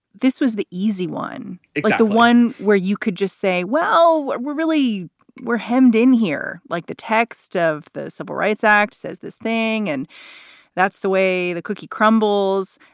this was the easy one. it's like the one where you could just say, well, we're really we're hemmed in here. like the text of the civil rights act says this thing, and that's the way the cookie crumbles.